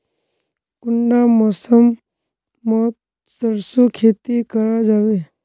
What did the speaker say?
कुंडा मौसम मोत सरसों खेती करा जाबे?